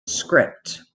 script